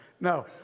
No